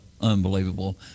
unbelievable